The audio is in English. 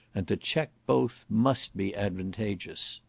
and to check both must be advantageous.